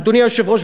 אדוני היושב-ראש,